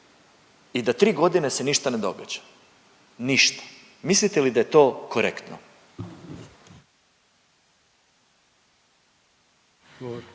i da 3.g. se ništa ne događa, ništa, mislite li da je to korektno?